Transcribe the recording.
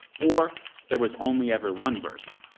or there was only ever one version,